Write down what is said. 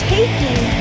Taking